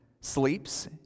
sleeps